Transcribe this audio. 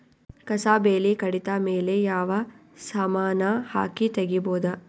ಕಸಾ ಬೇಲಿ ಕಡಿತ ಮೇಲೆ ಯಾವ ಸಮಾನ ಹಾಕಿ ತಗಿಬೊದ?